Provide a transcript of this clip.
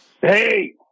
Hey